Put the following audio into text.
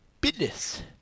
business